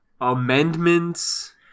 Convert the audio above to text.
amendments